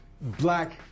black